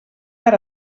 per